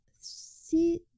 see